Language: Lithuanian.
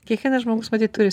kiekvienas žmogus matyt turi